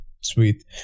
Sweet